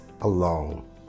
alone